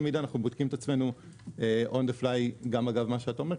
תמיד אנחנו בודקים את עצמנו בדרך גם אגב מה שאתה אומר,